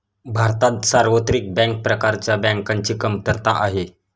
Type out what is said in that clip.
भारतात सार्वत्रिक बँक प्रकारच्या बँकांची कमतरता आहे